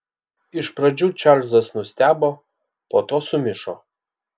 iš pradžių čarlzas nustebo po to sumišo